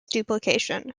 duplication